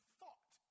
thought